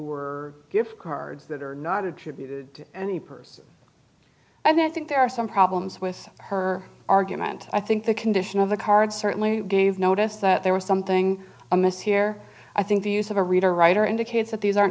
were gift cards that are not attributed any person and i think there are some problems with her argument i think the condition of the card certainly gave notice that there was something amiss here i think the use of a reader writer indicates that these aren't